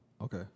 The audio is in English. okay